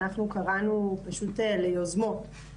אנחנו קראנו פשוט ליוזמות,